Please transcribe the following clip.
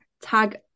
tag